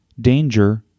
danger